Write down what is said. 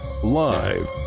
Live